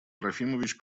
трофимович